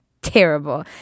terrible